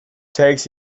takes